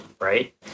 right